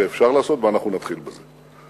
ואפשר לעשות ואנחנו נתחיל בזה.